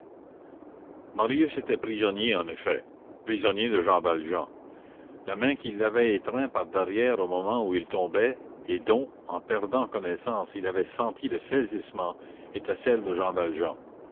marius était prisonnier en effet prisonnier de jean valjean la main qui l'avait étreint par derrière au moment où il tombait et dont en perdant connaissance il avait senti le saisissement était celle de jean valjean